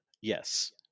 yes